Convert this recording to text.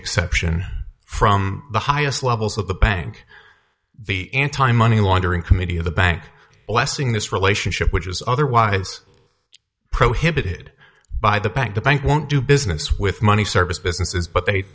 exception from the highest levels of the bank the anti money laundering committee of the bank blessing this relationship which is otherwise prohibited by the bank the bank won't do business with money service bu